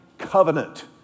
covenant